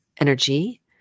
energy